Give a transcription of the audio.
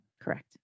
Correct